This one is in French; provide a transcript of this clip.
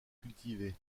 cultivées